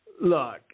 Look